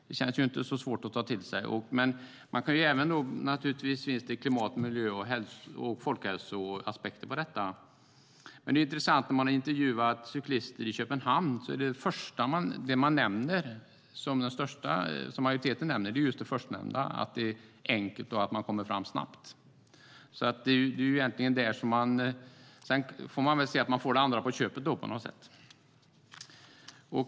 Det känns inte svårt att ta till sig. Naturligtvis finns det även klimat, miljö och folkhälsoaspekter på detta. Men det är intressant att vid intervjuer med cyklister i Köpenhamn är det första som majoriteten nämner det förstnämnda: att det är enkelt och att man kommer fram snabbt. Man får väl se det som att man får det andra på köpet.